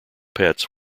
pets